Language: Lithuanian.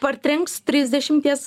partrenks trisdešimties